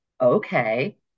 okay